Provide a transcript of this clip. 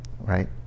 Right